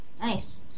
Nice